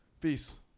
Peace